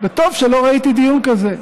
וטוב שלא ראיתי דיון כזה,